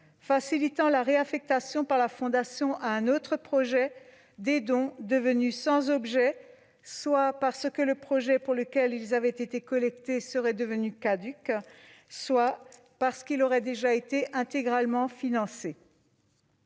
facilitant la réaffectation, par la Fondation, à un autre projet, des dons devenus sans objet, soit parce que le projet pour lequel ils avaient été collectés serait devenu caduc, soit parce qu'il aurait déjà été intégralement financé.